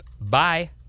bye